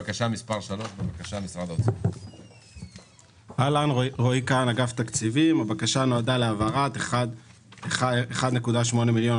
לבקשה מס' 3. הבקשה נועדה להעברת 1.8 מיליארד